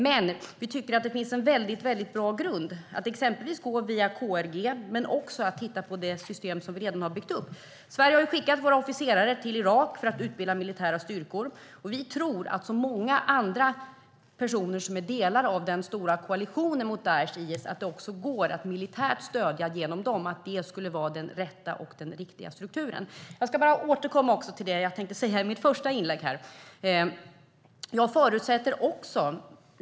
Men vi tycker att det finns en väldigt bra grund om man exempelvis går via KRG och också att man ska titta på det system som vi redan har byggt upp. Sverige har ju skickat officerare till Irak för att utbilda militära styrkor. Som många andra personer som utgör delar av den stora koalitionen mot Daish eller IS tror vi att det också går att militärt ge stöd genom den, att det skulle vara den rätta och riktiga strukturen. Jag vill återkomma till det som jag tänkte säga i min första replik.